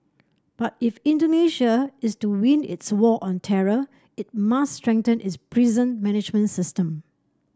but if Indonesia is to win its war on terror it must strengthen its prison management system